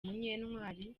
munyantwari